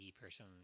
person